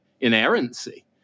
inerrancy